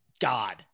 god